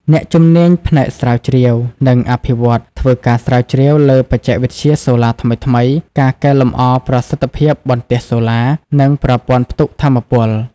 អ្នកជំនាញផ្នែកស្រាវជ្រាវ និងអភិវឌ្ឍន៍ ធ្វើការស្រាវជ្រាវលើបច្ចេកវិទ្យាសូឡាថ្មីៗ ការកែលម្អប្រសិទ្ធភាពបន្ទះសូឡា និងប្រព័ន្ធផ្ទុកថាមពល។